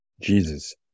Jesus